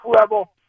level